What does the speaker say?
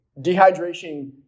Dehydration